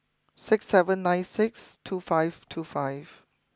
six seven nine six two five two five